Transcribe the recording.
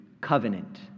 covenant